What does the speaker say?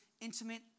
intimate